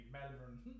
Melbourne